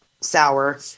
sour